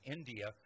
India